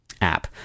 app